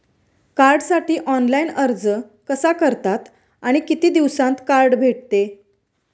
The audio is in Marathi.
कार्डसाठी ऑनलाइन अर्ज कसा करतात आणि किती दिवसांत कार्ड भेटते?